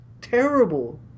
terrible